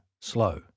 slow